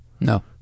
No